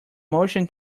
motion